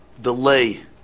delay